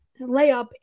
layup